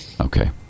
Okay